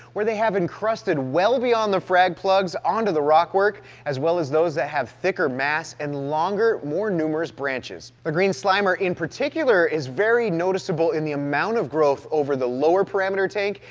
where they have encrusted well beyond the frag plugs, onto the rock work, as well as those that have thicker mass, and longer, more numerous branches. the green slimer in particular is very noticeable in the amount of growth over the lower parameter tank,